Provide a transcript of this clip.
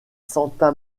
santa